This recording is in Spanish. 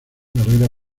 carrera